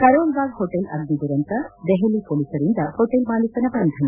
ಕರೋಲ್ Bagh hotel ಅಗ್ನಿ ದುರಂತ ದೆಹಲಿ ಹೊಲೀಸರಿಂದ ಹೋಟೆಲ್ ಮಾಲೀಕನ ಬಂಧನ